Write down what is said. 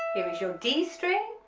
here is your d string